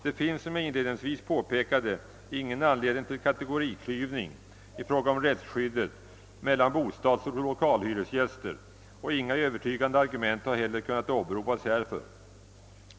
Det finns som jag inledningsvis påpekade ingen anledning till kategoriklyvning i fråga om rättsskyddet mellan bostadsoch lokalhyresgäster och inga övertygande argument har heller kunnat åberopas härför.